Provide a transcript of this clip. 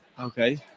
Okay